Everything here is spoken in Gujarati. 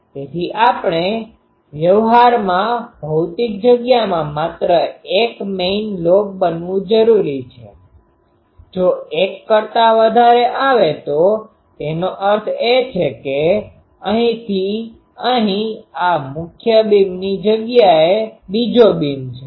તેથી આપણે વ્યવહારમાં ભૌતિક જગ્યામાં માત્ર 1 મેઈન લોબ બનવું જરૂરી છે જો 1 કરતા વધારે આવે તો તેનો અર્થ એ છે કે અહીંથી અહીં આ મુખ્ય બીમની જગ્યાએ બીજો બીમ છે